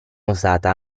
usata